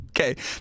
Okay